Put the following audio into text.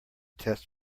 test